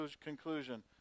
conclusion